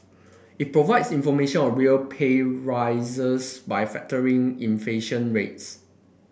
it provides information on real pay rises by factoring inflation rates